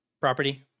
property